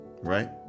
right